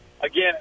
Again